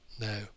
No